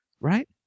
Right